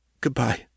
Goodbye